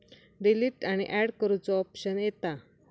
delete आणि and करुचो option येता